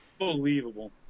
Unbelievable